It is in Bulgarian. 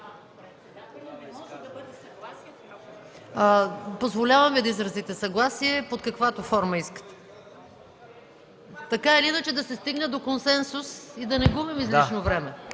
Позволявам Ви да изразите съгласие, под каквато форма искате. (Реплики.) Така или иначе трябва да се стигне до консенсус. Да не губим излишно време.